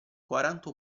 quaranta